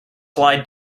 slide